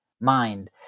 mind